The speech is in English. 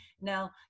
now